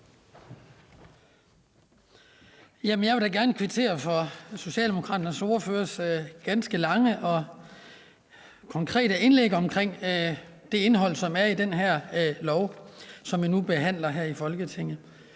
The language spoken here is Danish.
Jeg vil da gerne kvittere for Socialdemokratiets ordførers ganske lange og konkrete indlæg om det indhold, som der er i det her lovforslag, som vi nu behandler her i Folketinget.